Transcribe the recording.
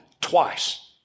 twice